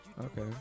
okay